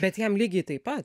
bet jam lygiai taip pat